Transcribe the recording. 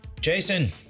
Jason